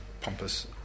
pompous